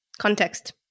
context